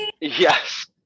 Yes